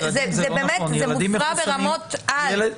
זה מופרע ברמות-על.